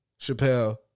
Chappelle